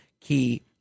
key